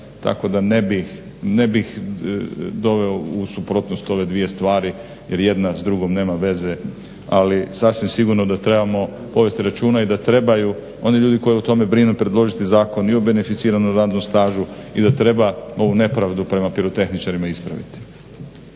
tako da ne bih doveo u suprotnost ove dvije stvari jer jedna s drugom nema veze ali sasvim sigurno da trebamo povesti računa i da trebaju oni ljudi koji o tome brinu predložiti zakon i o beneficiranom radnom stažu i da treba ovu nepravdu prema pirotehničarima ispraviti.